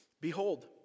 Behold